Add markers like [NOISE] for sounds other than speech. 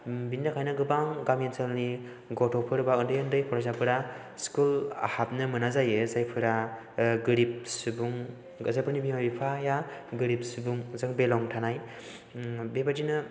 बेनि थाखायनो गोबां गामि ओनसोलनि गथ'फोर एबा उन्दै उन्दै फरायसाफोरा स्कुल हाबनो मोना जायो जायफोरा गोरिब सुबुं खायसेफोरनि बिमा बिफाया गोरिब सुबुं जों [UNINTELLIGIBLE] थानाय बेबायदिनो